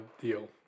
deal